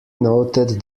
noted